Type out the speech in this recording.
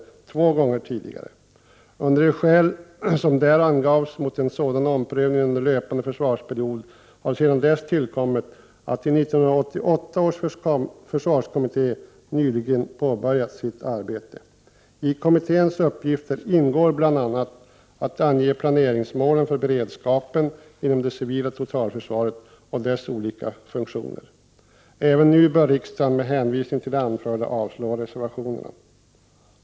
Utöver de skäl som då angavs mot en sådan omprövning under löpande försvarsbeslutsperiod har sedan dess tillkommit att 1988 års försvarskommitté nyligen påbörjat sitt arbete. I kommitténs uppgifter ingår bl.a. att ange planeringsmålen för beredskapen inom det civila totalförsvaret och dess olika funktioner. Även nu bör riksdagen med hänvisning till det anförda avslå reservationerna.